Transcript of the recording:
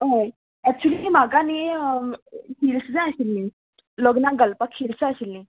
हय एक्चुली म्हाका न्ही हिल्स जाय आशिल्लीं लग्नाक घालपाक हिल्स जाय आशिल्लीं